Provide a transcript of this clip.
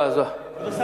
אדוני השר,